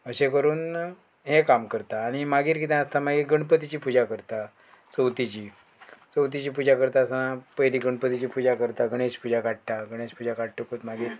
अशें करून हें काम करता आनी मागीर कितें आसता मागीर गणपतीची पुजा करता चवथीची चवथीची पुजा करता आसा पयली गणपतीची पुजा करता गणेश पुजा काडटा गणेश पुजा काडटकूत मागीर